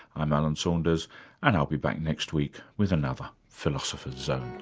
i'm alan saunders and i'll be back next week with another philosopher's zone